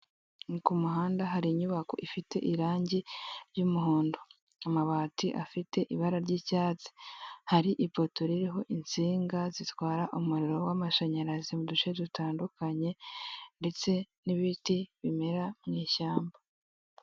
Ni ku muhanda hari inyubako ifite irangi ry'umuhondo amabati afite ibara ry'icyatsi, hari ipoto ririho insinga zitwara umuriro w'amashanyarazi mu duce dutandukanye, ndetse n'ibiti bimera mu ishyamba.